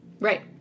Right